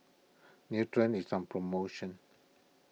Nutren is on promotion